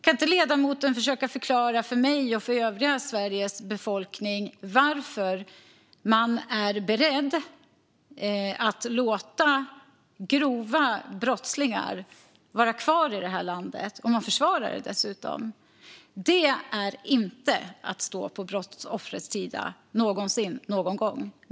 Kan inte ledamoten försöka förklara för mig och för Sveriges övriga befolkning varför man är beredd att låta grova brottslingar vara kvar i det här landet och dessutom försvarar det? Det är inte att stå på brottsoffrens sida, inte någonsin eller någon gång.